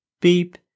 beep